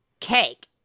cake